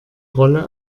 rolle